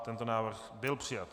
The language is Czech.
Tento návrh byl přijat.